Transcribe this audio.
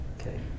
Okay